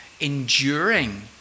enduring